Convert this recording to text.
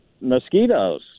mosquitoes